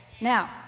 Now